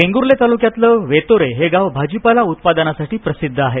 वेंगुर्ले तालुक्यातलं वेतोरे हे गाव भाजीपाला उत्पादनासाठी प्रसिद्ध आहे